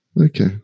Okay